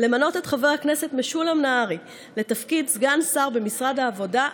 למנות את חבר הכנסת משולם נהרי לתפקיד סגן שר במשרד העבודה,